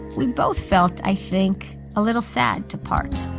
we both felt, i think, a little sad to part.